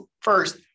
First